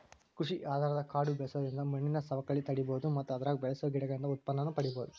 ಕೃಷಿ ಆಧಾರದ ಕಾಡು ಬೆಳ್ಸೋದ್ರಿಂದ ಮಣ್ಣಿನ ಸವಕಳಿ ತಡೇಬೋದು ಮತ್ತ ಅದ್ರಾಗ ಬೆಳಸೋ ಗಿಡಗಳಿಂದ ಉತ್ಪನ್ನನೂ ಪಡೇಬೋದು